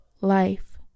life